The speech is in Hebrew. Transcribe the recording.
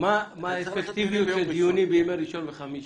מה האפקטיביות של דיונים בימי ראשון וחמישי?